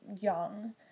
young